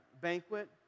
banquet